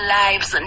lives